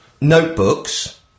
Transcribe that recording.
notebooks